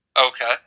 Okay